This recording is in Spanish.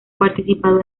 participado